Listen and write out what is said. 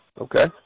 Okay